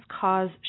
cause